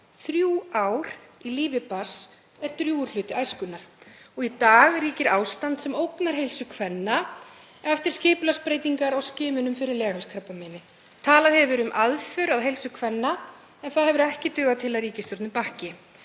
Þrjú ár í lífi barns er drjúgur hluti æskunnar. Í dag ríkir ástand sem ógnar heilsu kvenna eftir skipulagsbreytingar á skimunum fyrir leghálskrabbameini. Talað hefur verið um aðför að heilsu kvenna en það hefur ekki dugað til að ríkisstjórnin bakki.